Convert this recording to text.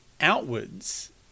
outwards